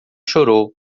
chorou